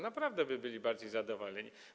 Naprawdę byliby bardziej zadowoleni.